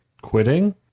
quitting